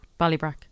Ballybrack